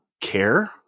care